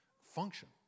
function